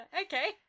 Okay